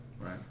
Right